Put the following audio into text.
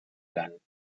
cant